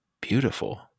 beautiful